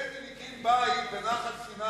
בגין הקים בית בנחל-סיני.